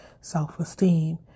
self-esteem